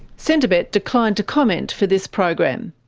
centrebet declined to comment for this program.